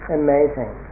amazing